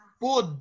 Food